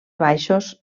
baixos